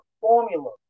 formula